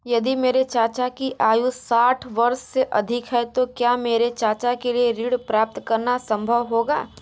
यदि मेरे चाचा की आयु साठ वर्ष से अधिक है तो क्या मेरे चाचा के लिए ऋण प्राप्त करना संभव होगा?